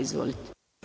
Izvolite.